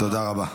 תודה רבה.